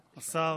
השר,